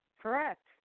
Correct